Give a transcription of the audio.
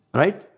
right